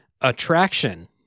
attraction